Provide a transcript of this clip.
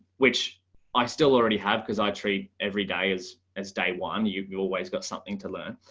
which i still already have, because i treat every day as as day one, you've you've always got something to learn.